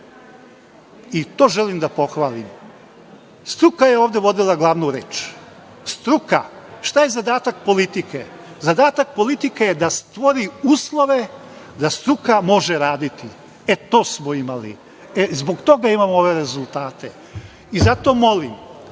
i to želim da pohvalim. Struka je ovde vodila glavnu reč, struka. Šta je zadatak politike? Zadatak politike je da stvori uslove da struka može raditi. E, to smo imali. E, zbog toga imamo ove rezultate. Zato molim